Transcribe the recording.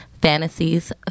Fantasies